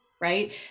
right